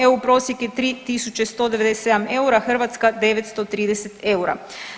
EU prosjek je 3197 eura, Hrvatska 930 eura.